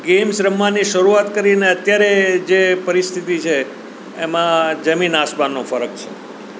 games રમવાની શરૂઆત કરીને અત્યારે જે પરિસ્થિતિ છે એમાં જમીન આસમાનનો ફરક છે